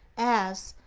as,